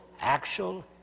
actual